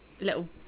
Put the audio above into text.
little